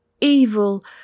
evil